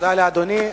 תודה לאדוני.